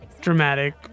dramatic